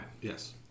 Yes